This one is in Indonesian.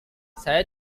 saya